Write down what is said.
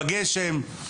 בגשם,